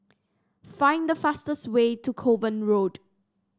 find the fastest way to Kovan Road